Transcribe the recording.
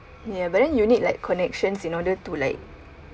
ya but then you need like connections in order to like